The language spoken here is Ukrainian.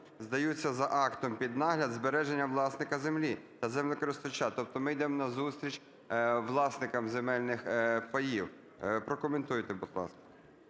здаються за актом під нагляд на збереження власникам землі та землекористувачам". Тобто ми йдемо назустріч власникам земельних паїв. Прокоментуйте, будь ласка.